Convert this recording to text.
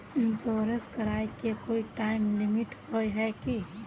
Insurance कराए के कोई टाइम लिमिट होय है की?